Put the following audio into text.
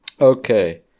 Okay